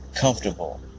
comfortable